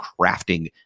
crafting